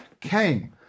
came